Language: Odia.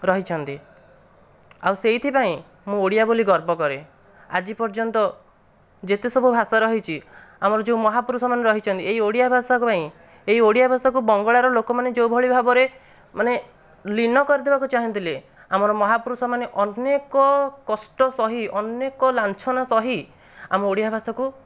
ରହିଛନ୍ତି ଆଉ ସେଇଥି ପାଇଁ ମୁଁ ଓଡ଼ିଆ ବୋଲି ଗର୍ବ କରେ ଆଜି ପର୍ଯ୍ୟନ୍ତ ଯେତେ ସବୁ ଭାଷା ରହିଚି ଆମର ଯୋଉ ମହାପୁରୁଷମାନେ ରହିଚନ୍ତି ଏହି ଓଡ଼ିଆ ଭାଷା ପାଇଁ ଏହି ଓଡ଼ିଆ ଭାଷାକୁ ବଙ୍ଗଳାର ଲୋକମାନେ ଯୋଉଭଳି ଭାବରେ ମାନେ ଲୀନ କରିଦେବାକୁ ଚାହିଁଥିଲେ ଆମର ମହାପୁରୁଷମାନେ ଅନେକ କଷ୍ଟ ସହି ଅନେକ ଲାଞ୍ଛନ ସହି ଆମ ଓଡ଼ିଆ ଭାଷାକୁ